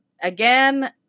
Again